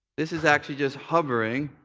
this is actually just hovering